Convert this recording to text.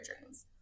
dreams